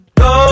go